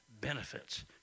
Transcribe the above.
Benefits